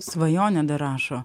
svajonė dar rašo